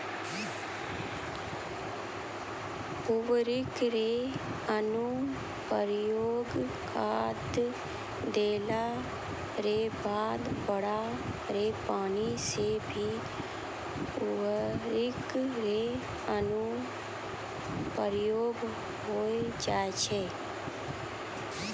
उर्वरक रो अनुप्रयोग खाद देला रो बाद बाढ़ रो पानी से भी उर्वरक रो अनुप्रयोग होय जाय छै